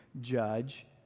judge